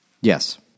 yes